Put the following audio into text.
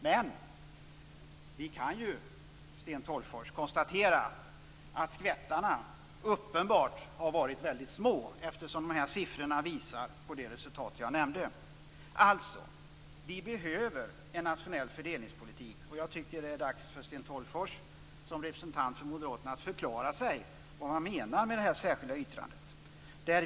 Men, Sten Tolgfors, vi kan konstatera att skvättarna uppenbarligen har varit små. Siffrorna visar på det resultat jag nämnde. Vi behöver en nationell fördelningspolitik. Det är dags för Sten Tolgfors, Moderaternas representant, att förklara det särskilda yttrandet.